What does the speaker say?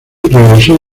regresó